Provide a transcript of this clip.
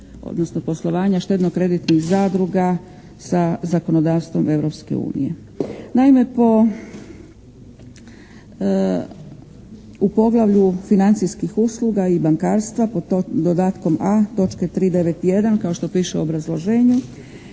odnosno poslovanja štedno-kreditnih zadruga sa zakonodavstvom Europske unije. Naime po, u poglavlju financijskih usluga i bankarstva pod dodatkom a) točke 391. kao što piše u obrazloženju